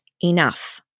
enough